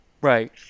right